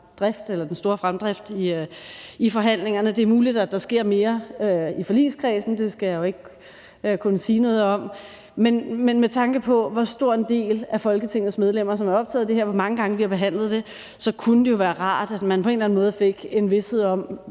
er den store fremdrift i forhandlingerne. Det er muligt, at der sker mere i forligskredsen – det skal jeg jo ikke kunne sige noget om. Men med tanke på, hvor stor en del af Folketingets medlemmer som er optaget af det her, og hvor mange gange vi har behandlet det, kunne det jo være rart, at man på en eller anden måde fik en vished om,